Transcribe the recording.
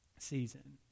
season